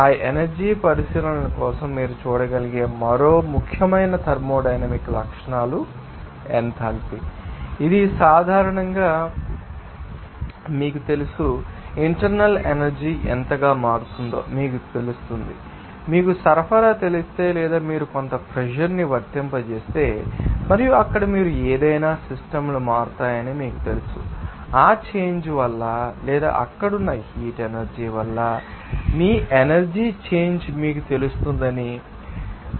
ఆ ఎనర్జీ పరిశీలన కోసం మీరు చూడగలిగే మరో ముఖ్యమైన థర్మోడైనమిక్ లక్షణాలు ఎంథాల్పీ ఇది సాధారణంగా మీకు తెలుసు ఇంటర్నల్ ఎనర్జీ ఎంతగా మారుతుందో మీకు తెలుస్తుంది మరియు మీకు సరఫరా తెలిస్తే లేదా మీరు కొంత ప్రెషర్ ని వర్తింపజేస్తే మరియు అక్కడ మీరు ఏదైనా సిస్టమ్ లు మారుతాయని మీకు తెలుసు ఆ చేంజ్ వల్ల లేదా అక్కడ ఉన్న హీట్ ఎనర్జీ వల్ల మీ ఎనర్జీ చేంజ్ మీకు తెలుస్తుందని మీరు చూస్తారు